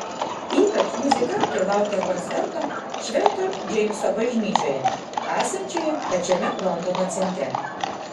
ypač muzikantai laukia koncerto švento džeimso bažnyčioje esančioje pačiame londono centre